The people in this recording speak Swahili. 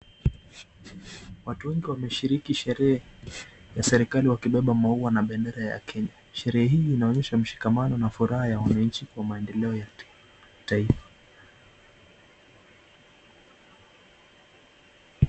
Watu wengi wameshiriki sherehe ya serikali wakibeba maua na bendera ya Kenya, sherehe hii inaonyesha mshikamano na furaha ya wananchi kwa maendeleo ya taifa.